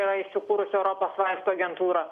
yra įsikūrusi europos vaistų agentūra